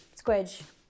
Squidge